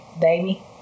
baby